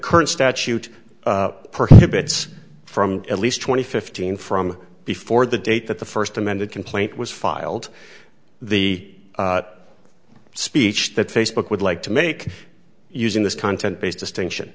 current statute prohibits from at least twenty fifteen from before the date that the first amended complaint was filed the speech that facebook would like to make using this content based distinction